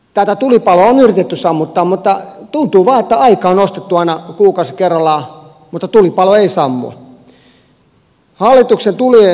tätä tulipaloa on yritetty sammuttaa mutta tuntuu vain että aikaa on ostettu aina kuukausi kerrallaan mutta tulipalo ei sammu